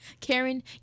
Karen